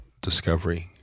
discovery